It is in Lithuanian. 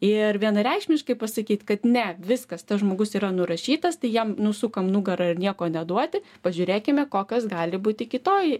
ir vienareikšmiškai pasakyt kad ne viskas tas žmogus yra nurašytas tai jam nusukam nugarą ir nieko neduoti pažiūrėkime kokios gali būti kitoj